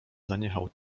zaniechał